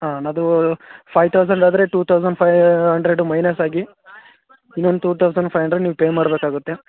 ಆಂ ಅದು five thousand ಆದರೆ two thousand five hundred minus ಆಗಿ ಇನ್ನೊಂದು ಟೂ ತೌಸಂಡ್ ಫೈ ಅಂಡ್ರೆಡ್ ನೀವು ಪೇ ಮಾಡಬೇಕಾಗುತ್ತೆ